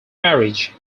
marriage